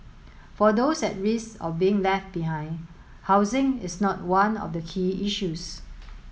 for those at risk of being left behind housing is not one of the key issues